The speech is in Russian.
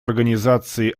организации